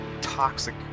toxic